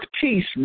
peace